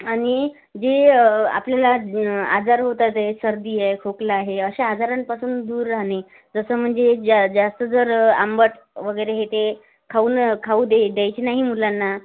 आणि जे आपल्याला न आजार होतात आहे सर्दी आहे खोकला आहे अशा आजारांपासून दूर राहणे जसं म्हणजे जा जास्त जर आंबट वगैरे हे ते खाऊ न खाऊ दे द्यायचे नाही मुलांना